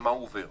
על מה הוא עובר.